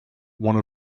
one